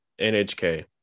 NHK